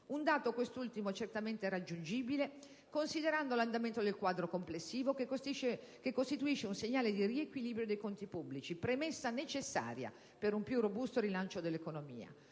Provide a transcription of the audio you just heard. Un dato, quest'ultimo, certamente raggiungibile, considerando l'andamento del quadro complessivo, che costituisce un segnale di riequilibrio dei conti pubblici, premessa necessaria per un più robusto rilancio dell'economia.